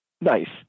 nice